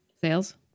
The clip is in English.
Sales